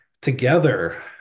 together